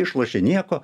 išlošė nieko